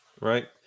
Right